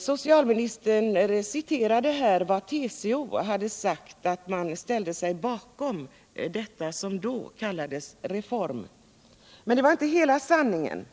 Socialministern citerade här vad TCO hade sagt om att man ställde sig bakom det som kallades reform. Men det var inte hela sanningen.